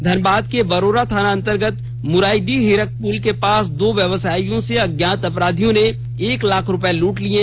धनबाद के बरोरा थाना अंतर्गत मुराइडीह हिरक पुल के पास दो व्यवसायियों से अज्ञात अपराधियों ने एक लाख रुपये लूट लिये